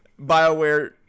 BioWare